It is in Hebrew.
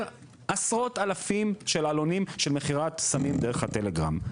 עשרות אלפים של עלונים של מכירת סמים דרך הטלגרם.